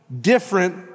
different